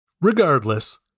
Regardless